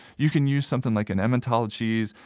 you can use something like an emmental cheese.